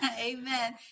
Amen